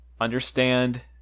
understand